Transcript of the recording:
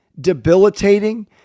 debilitating